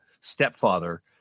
stepfather